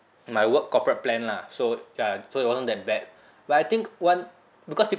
my work corporate plan lah so ya so it wasn't that bad but I think one because